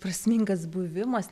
prasmingas buvimas